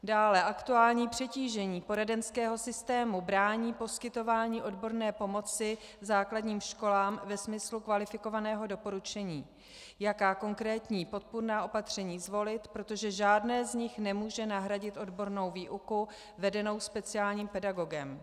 Dále, aktuální přetížení poradenského systému brání poskytování odborné pomoci základním školám ve smyslu kvalifikovaného doporučení, jaká konkrétní podpůrná opatření zvolit, protože žádné z nich nemůže nahradit odbornou výuku vedenou speciálním pedagogem.